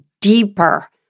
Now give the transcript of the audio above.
deeper